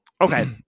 okay